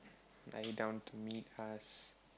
are you down to meet us